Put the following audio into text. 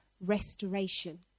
restoration